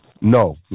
No